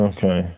Okay